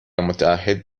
متعهد